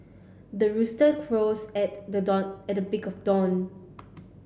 the rooster crows at the dawn at the break of dawn